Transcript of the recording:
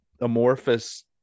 amorphous